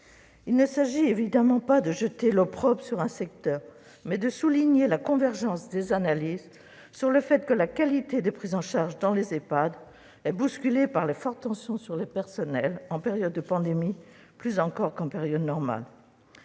Il ne s'agit évidemment pas de jeter l'opprobre sur un secteur, mais il convient de souligner la convergence des analyses sur le fait que la qualité des prises en charge dans les Ehpad est bousculée par les fortes tensions sur les personnels, en période de pandémie plus encore qu'en période normale.